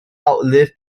outlived